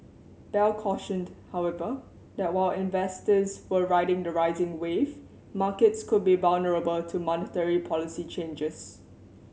bell cautioned however that while investors were riding the rising wave markets could be vulnerable to monetary policy changes